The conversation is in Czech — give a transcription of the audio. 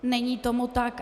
Není tomu tak.